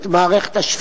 את מערכת השפיטה.